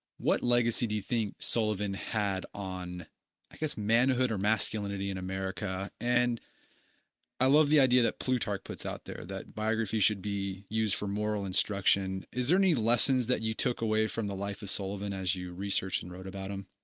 what legacy do you think sullivan had on i guess on manhood or masculinity in america? and i love the idea that plutarch puts out there that biography should be used for moral instruction. is there any lesson that you took away from the life of sullivan as you researched and wrote about him?